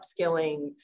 upskilling